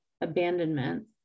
abandonment